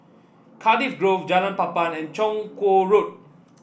Cardiff Grove Jalan Papan and Chong Kuo Road